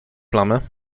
plamy